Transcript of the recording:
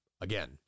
again